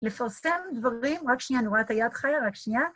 לפרסם דברים, רק שנייה נורא את היד חיה, רק שנייה.